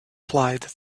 flight